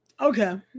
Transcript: Okay